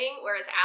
whereas